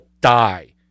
die